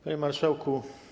Panie Marszałku!